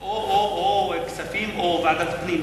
או כספים או ועדת הפנים.